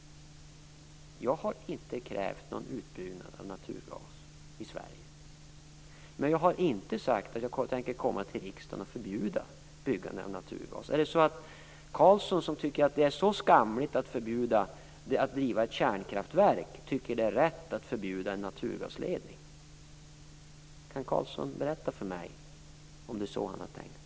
Jag har inte krävt någon utbyggnad av naturgas i Sverige, men jag har inte heller sagt att jag tänker komma till riksdagen med förslag om förbud att bygga naturgasledningar. Är det så att Karlsson, som tycker att det är så skamligt att förbjuda drift av kärnkraftverk, tycker att det är riktigt att förbjuda en naturgasledning? Kan Karlsson berätta för mig om det är så han har tänkt?